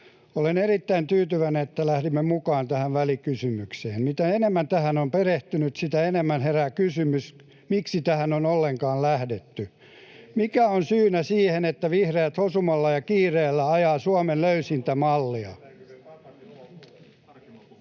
Olen erittäin tyytyväinen, että lähdimme mukaan tähän välikysymykseen. Mitä enemmän tähän on perehtynyt, sitä enemmän herää kysymys, miksi tähän on ollenkaan lähdetty. Mikä on syynä siihen, että vihreät hosumalla ja kiireellä ajavat Suomen löysintä mallia?